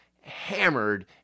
hammered